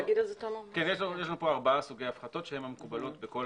יש לנו פה ארבעה סוגי הפחתות שהן המקובלות בכל